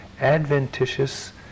adventitious